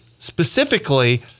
specifically